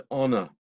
honor